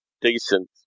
decent